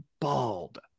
bald